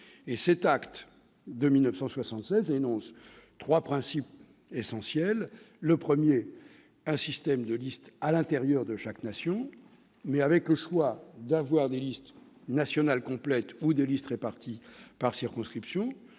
européens et énonce trois principes essentiels. Le premier est un système de listes à l'intérieur de chaque nation, laissant le choix entre des listes nationales complètes ou des listes réparties par circonscription.